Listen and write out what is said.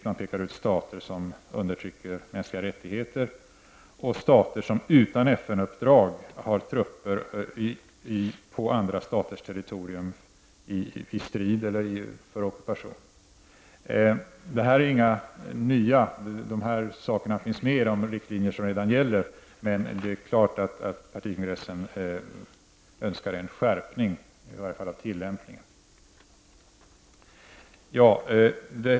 Vidare pekar man ut stater som undertrycker mänskliga rättigheter och stater som, utan FN-uppdrag, har trupper på andra staters territorium, i strid eller för ockupation. De här sakerna finns med i redan gällande riktlinjer. Men det är klart att partikongressen önskade en skärpning, i varje fall beträffande tillämpningen.